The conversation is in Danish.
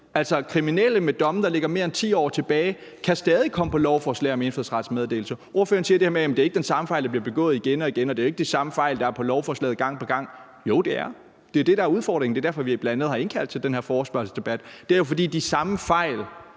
Altså, kriminelle med domme, der ligger mere end 10 år tilbage, kan stadig komme på lovforslag om indfødsrets meddelelse. Ordføreren siger det her med, at det ikke er den samme fejl, der bliver begået igen og igen, og at det jo ikke er de samme fejl, der er på lovforslaget gang på gang. Jo, det er. Det er det, der er udfordringen, og det er derfor, vi bl.a. har indkaldt til den her forespørgselsdebat; de samme fejl